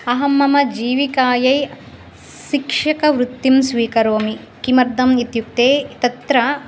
अहं मम जीविकायै शिक्षकवृत्तिं स्वीकरोमि किमर्तम् इत्युक्ते तत्र